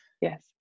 Yes